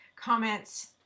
comments